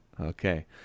Okay